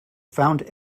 found